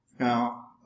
Now